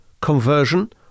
conversion